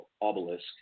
obelisk